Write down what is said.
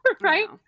right